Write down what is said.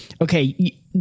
okay